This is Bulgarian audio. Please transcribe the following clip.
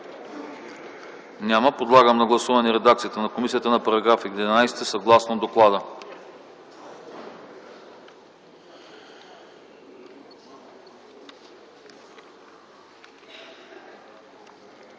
Няма. Подлагам на гласуване редакцията на комисията за § 10, съгласно доклада.